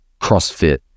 CrossFit